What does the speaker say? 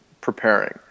preparing